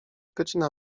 godzina